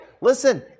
Listen